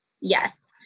Yes